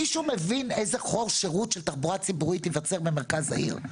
מישהו מבין איזה חור שירות של תחבורה ציבורית ייווצר במרכז העיר?